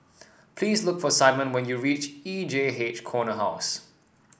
please look for Simon when you reach E J H Corner House